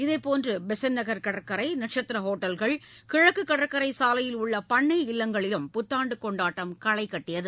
இதேபோன்று பெசன்ட் நகர் கடற்கரை நட்சத்திர ஹோட்டல்கள் கிழக்கு கடற்கரை சாலையில் உள்ள பண்ணை இல்லங்களிலும் புத்தாண்டு கொண்டாட்டம் களை கட்டியது